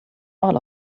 all